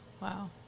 Wow